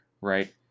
right